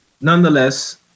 nonetheless